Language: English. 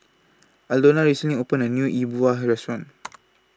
Aldona recently opened A New E Bua Restaurant